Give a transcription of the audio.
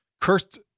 cursed